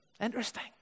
interesting